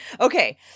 Okay